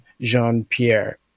Jean-Pierre